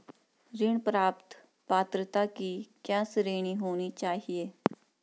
ऋण प्राप्त पात्रता की क्या श्रेणी होनी चाहिए?